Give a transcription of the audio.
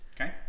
Okay